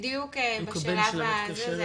בשלב הזה.